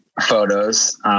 photos